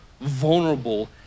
vulnerable